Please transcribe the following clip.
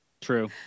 True